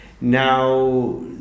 Now